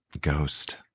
Ghost